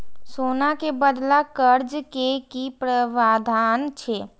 सोना के बदला कर्ज के कि प्रावधान छै?